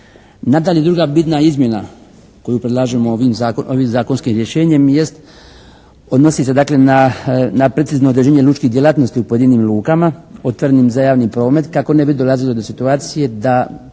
Nadalje druga bitna izmjena koju predlažemo ovim zakonskim rješenjem jest, odnosi se dakle na precizno određenje lučkih djelatnosti u pojedinim lukama otvorenim za javni promet kako ne bi dolazilo do situacije da